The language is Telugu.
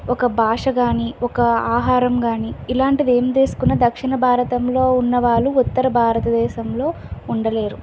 ఒక భాష కానీ ఒక ఆహారం కానీ ఇలాంటివి ఏమి తీసుకున్న దక్షిణ భారతంలో ఉన్నవాళ్ళు ఉత్తర భారతదేశంలో ఉండలేరు